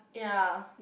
ya